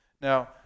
Now